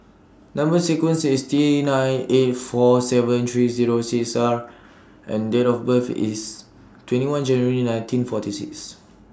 Number sequence IS T nine eight four seven three Zero six R and Date of birth IS twenty one January nineteen forty six